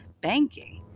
banking